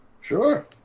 Sure